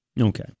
okay